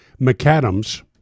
McAdams